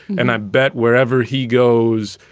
and i bet wherever he goes,